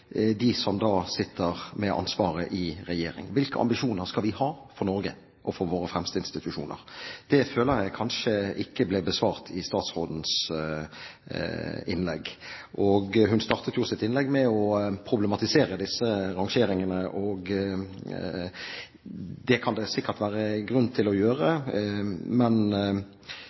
de som sitter med ansvaret i regjering? Hvilke ambisjoner skal vi ha for Norge og for våre fremste institusjoner? Det føler jeg kanskje ikke ble besvart i statsrådens innlegg. Hun startet sitt innlegg med å problematisere disse rangeringene. Det kan det sikkert være grunn til å gjøre, men